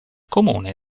comune